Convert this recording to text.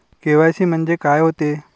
KYC म्हंनजे का होते?